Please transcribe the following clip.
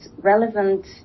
relevant